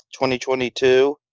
2022